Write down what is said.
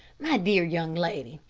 my dear young lady,